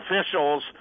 officials